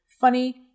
funny